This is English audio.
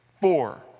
Four